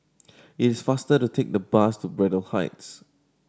it is faster to take the bus to Braddell Heights